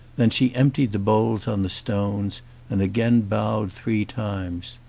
then she emptied the bowls on the stones and again bowed three times.